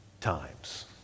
times